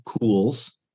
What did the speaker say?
cools